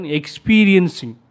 experiencing